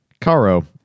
Caro